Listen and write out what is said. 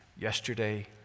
yesterday